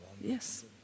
Yes